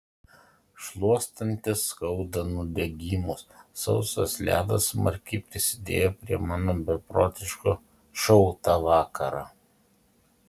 šluostantis skauda nudegimus sausas ledas smarkiai prisidėjo prie mano beprotiško šou tą vakarą